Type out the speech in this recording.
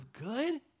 good